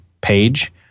page